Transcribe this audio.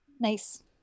Nice